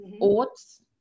oats